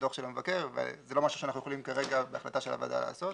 בדוח של המבקר וזה לא משהו שאנחנו יכולים כרגע בהחלטה של הוועדה לעשות.